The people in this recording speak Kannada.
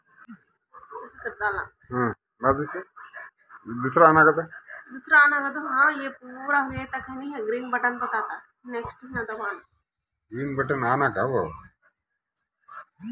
ಎನ್.ಇ.ಎಫ್.ಟಿ ಅಂದ್ರೆನು?